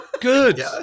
Good